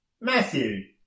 Matthew